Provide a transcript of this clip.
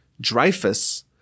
Dreyfus